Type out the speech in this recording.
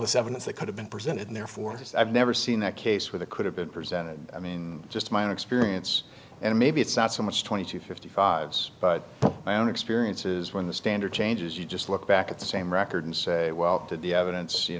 this evidence that could have been presented in their forty's i've never seen that case with a could have been presented i mean just my own experience and maybe it's not so much twenty to fifty five's but my own experiences when the standard changes you just look back at the same record and say well did the evidence you